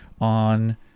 on